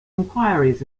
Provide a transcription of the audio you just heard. inquiries